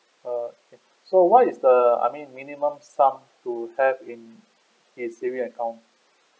uh so what is the I mean minimum sum to have in his saving account